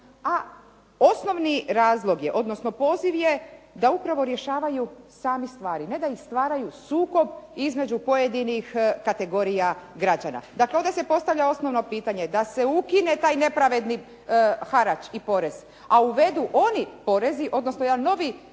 a osnovni razlog je, odnosno poziv je da upravo rješavaju sami stvari. Ne da ih stvaraju sukob između pojedinih kategorija građana. Dakle onda se postavlja osnovno pitanje, da se ukine taj nepravedni harač i porez, a uvedu oni porezi, odnosno jedan novi poreski